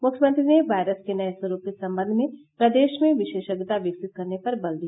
मुख्यमंत्री ने वायरस के नये स्वरूप के सम्बन्ध मे प्रदेश में बिशेषज्ञता विकसित करने पर बल दिया